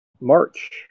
March